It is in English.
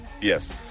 yes